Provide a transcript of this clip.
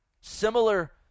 similar